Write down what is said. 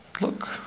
Look